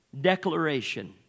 declaration